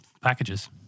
packages